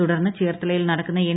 തുടർന്ന് ചേർത്തലയിൽ നടക്കുന്ന എൻ